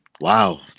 Wow